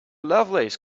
lovelace